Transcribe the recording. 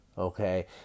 Okay